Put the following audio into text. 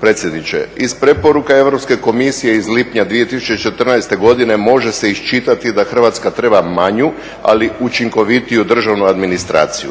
predsjedniče, iz preporuke Europske komisije iz lipnja 2014.godine može se iščitati da Hrvatska treba manju ali učinkovitiju državnu administraciju.